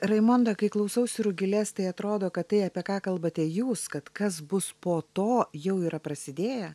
raimonda kai klausausi rugilės tai atrodo kad tai apie ką kalbate jūs kad kas bus po to jau yra prasidėję